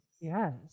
yes